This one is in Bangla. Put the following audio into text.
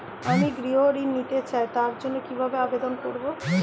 আমি গৃহ ঋণ নিতে চাই তার জন্য কিভাবে আবেদন করব?